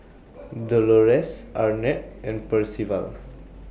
Dolores Arnett and Percival